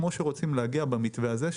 כמו שרוצים להגיע במתווה הזה,